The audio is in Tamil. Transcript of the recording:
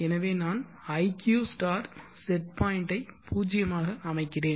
எனவே நான் iq set point ஐ பூஜ்ஜியமாக அமைக்கிறேன்